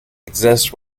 exist